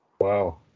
Wow